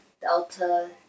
delta